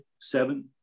seven